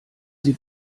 sie